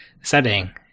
setting